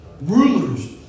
Rulers